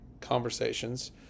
conversations